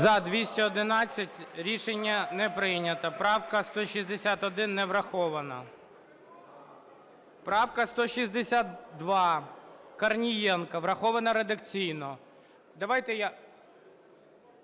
За-211 Рішення не прийнято. Правка 161 не врахована. Правка 162, Корнієнко. Врахована редакційно.